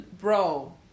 Bro